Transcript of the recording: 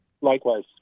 Likewise